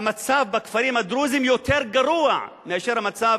שהמצב בכפרים הדרוזיים יותר גרוע מאשר המצב